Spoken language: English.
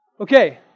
Okay